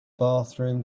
bathroom